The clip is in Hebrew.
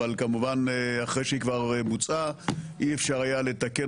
אבל כמובן אחרי שהיא כבר בוצעה אי אפשר היה לתקן